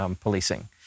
policing